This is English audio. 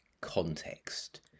context